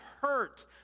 hurt